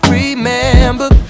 remember